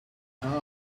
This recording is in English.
have